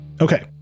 Okay